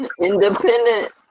independent